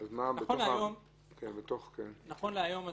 נכון להיום,